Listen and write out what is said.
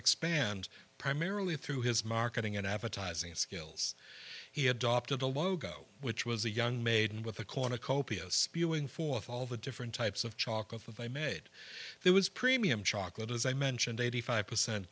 expand primarily through his marketing and advertising skills he adopted a logo which was a young maiden with a cornucopia spewing forth all the different types of chocolates of i made there was premium chocolate as i mentioned eighty five percent